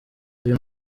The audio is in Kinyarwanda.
uyu